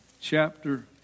chapter